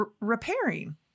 repairing